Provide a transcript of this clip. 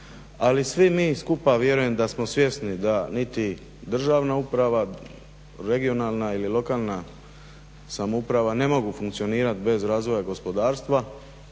Ali svi mi skupa vjerujem da smo svjesni da niti državna uprava, regionalna ili lokalna samouprava ne mogu funkcionirati bez razvoja gospodarstva